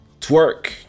twerk